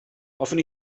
hoffwn